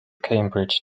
cambridge